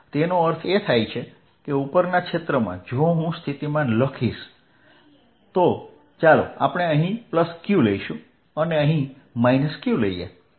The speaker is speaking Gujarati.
તેનો અર્થ એ છે કે ઉપરના ક્ષેત્રમાં જો હું સ્થિતિમાન લખીશ તો ચાલો આપણે અહીં q લઈશું અહીં q લઈએ